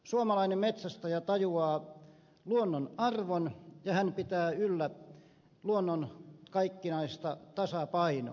suomalainen metsästäjä tajuaa luonnon arvon ja hän pitää yllä luonnon kaikkinaista tasapainoa